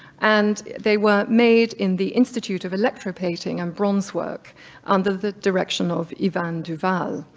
and they were made in the institute of electroplating and bronze work under the direction of ivan duval.